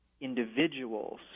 individuals